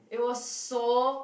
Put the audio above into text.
it was so